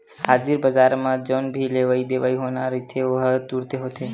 हाजिर बजार म जउन भी लेवई देवई होना रहिथे ओहा तुरते होथे